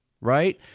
right